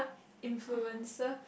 influencer